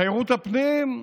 תיירות הפנים,